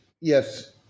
yes